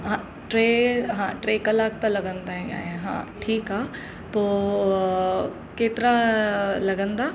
हा टे हा टे कलाकु त लॻंदा ई आहियां ठीकु आहे पोइ केतिरा लॻंदा